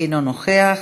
אינו נוכח.